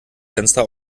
fenster